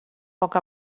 poc